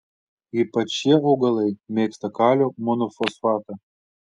ypač šie augalai mėgsta kalio monofosfatą